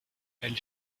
elles